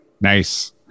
Nice